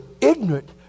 ignorant